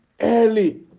early